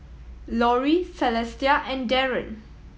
Lori Celestia and Daren